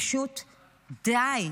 פשוט די.